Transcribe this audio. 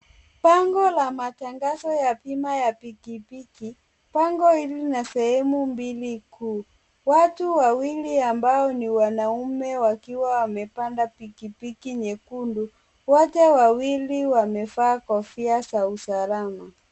Bango la matangazo ya bima ya pikipiki. Bango hili lina sehemu mbili kuu. Watu wawili ambao ni wanaume wakiwa wamepanda pikipiki nyekundu, wote wawili wamevaa kofia za usalama.